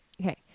Okay